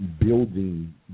building